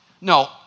no